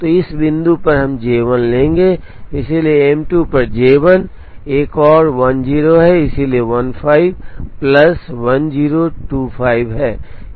तो इस बिंदु पर हम J 1 लेंगे इसलिए M 2 पर J 1 एक और 10 है इसलिए 15 प्लस 10 25 है